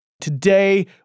Today